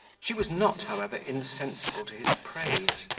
she was not, however, insensible to his praise,